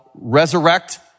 resurrect